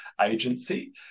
agency